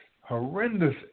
horrendous